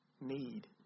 need